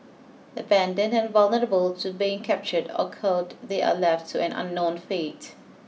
abandoned and vulnerable to being captured or culled they are left to an unknown fate